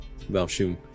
Valshun